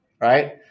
right